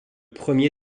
premier